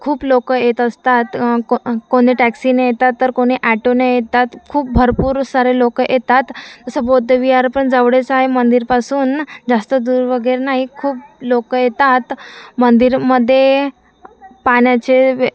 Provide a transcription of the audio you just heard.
खूप लोकं येत असतात को अ कोणी टॅक्सीने येतात तर कोणी ॲटोने येतात खूप भरपूर सारे लोकं येतात जसं बौद्ध विहार पण जवळच आहे मंदिरापासून जास्त दूर वगैरे नाही खूप लोकं येतात मंदिरामध्ये पाण्याचे वे